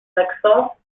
maxence